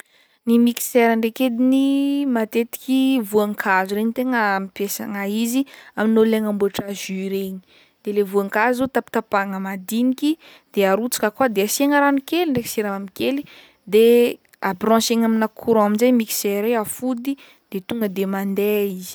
Ny mixera ndraiky ediny matetiky voankazo regny tegna ampiasagna izy aminao le agnamboatra jus regny de le voankazo tapatapahagna madiniky de arotsaka akao de asiagna rano kely ndraiky siramamy kely de branchegna amina courant aminjay mixera i afody de tonga de mandeha izy.